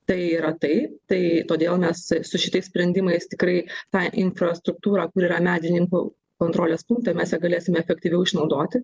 tai yra tai tai todėl mes su šitais sprendimais tikrai tą infrastruktūrą kur yra medininkų kontrolės punkte mes galėsime efektyviau išnaudoti